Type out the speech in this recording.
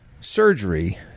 surgery